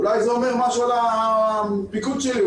אולי זה אומר משהו על הפיקוד שלי.